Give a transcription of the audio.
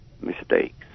mistakes